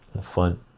Fun